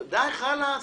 חאלס.